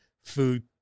Food